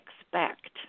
expect